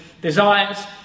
desires